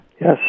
Yes